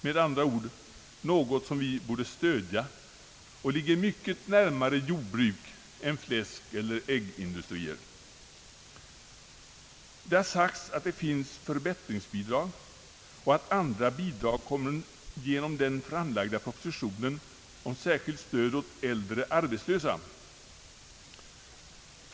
Med andra ord: något som vi borde stödja och som ligger mycket närmare jordbruk än fläskeller äggindustrier. Det har sagts att det finns förbättringsbidrag och att andra bidrag kommer att utgå genom den framlagda propositionen om särskilt stöd åt äldre arbetslösa.